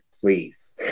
please